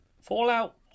Fallout